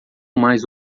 mais